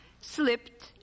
slipped